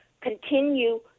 continue